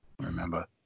remember